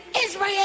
Israel